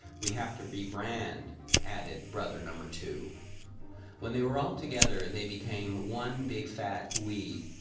we have to rebrand, added brother number two when they were all together, they became one big fat we.